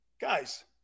Guys